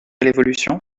l’évolution